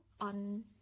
on